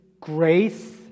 grace